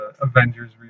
Avengers